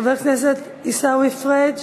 חבר הכנסת עיסאווי פריג'